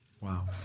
wow